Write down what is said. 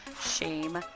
shame